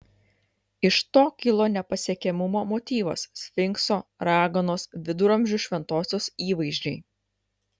iš to kilo nepasiekiamumo motyvas sfinkso raganos viduramžių šventosios įvaizdžiai